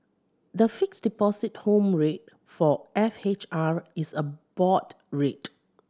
the Fixed Deposit Home Rate for F H R is a board rate